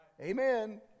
Amen